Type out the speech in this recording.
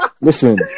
Listen